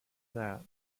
that